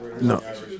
No